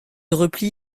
repli